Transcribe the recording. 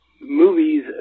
movies